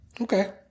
Okay